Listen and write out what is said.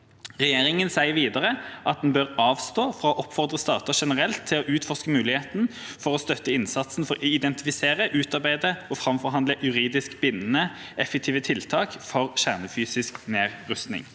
Regjeringen sa videre at en «bør avstå fra å oppfordre stater generelt til å utforske muligheter for og støtte tiltak for å identifisere, utarbeide og framforhandle juridisk bindende effektive tiltak for kjernefysisk nedrustning».